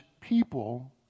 people